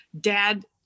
dad